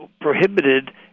prohibited